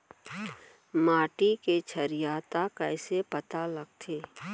माटी के क्षारीयता कइसे पता लगथे?